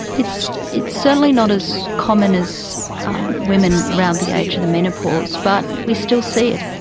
it's it's certainly not as common as um women around the age of the menopause, but we still see it.